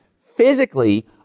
physically